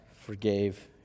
forgave